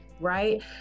right